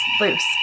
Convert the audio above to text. loose